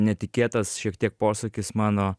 netikėtas šiek tiek posūkis mano